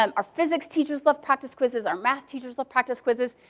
um our physics teachers love practice quizzes. our math teachers love practice quizzes.